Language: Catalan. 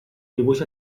dibuix